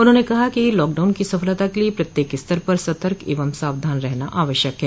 उन्होंने कहा है कि लॉकडाउन की सफलता के लिए प्रत्येक स्तर पर सतर्क एवं सावधान रहना आवश्यक है